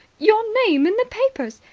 your name in the papers.